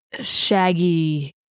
shaggy